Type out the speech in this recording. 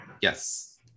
yes